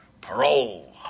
Parole